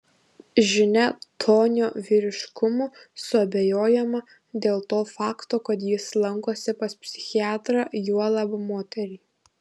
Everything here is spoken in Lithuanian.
žinia tonio vyriškumu suabejojama dėl to fakto kad jis lankosi pas psichiatrą juolab moterį